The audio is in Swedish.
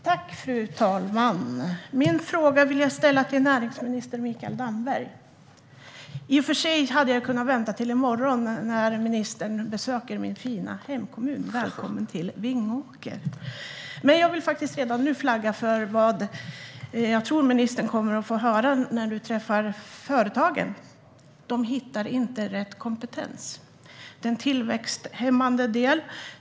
Fru talman! Min fråga går till näringsminister Mikael Damberg. I och för sig hade jag kunnat vänta till i morgon när ministern besöker min fina hemkommun. Välkommen till Vingåker! Men jag vill redan nu flagga för vad jag tror att ministern kommer att få höra när han träffar företagen. De hittar inte rätt kompetens, och det är tillväxthämmande.